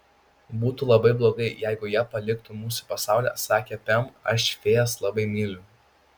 būtų labai blogai jeigu jie paliktų mūsų pasaulį sakė pem aš fėjas labai myliu